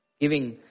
giving